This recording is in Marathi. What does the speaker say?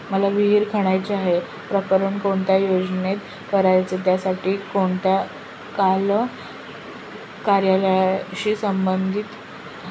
मला विहिर खणायची आहे, प्रकरण कोणत्या योजनेत करायचे त्यासाठी कोणत्या कार्यालयाशी संपर्क साधायचा?